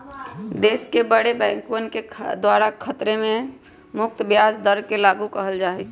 देश के बडे बैंकवन के द्वारा खतरे से मुक्त ब्याज दर के लागू कइल जा हई